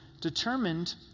determined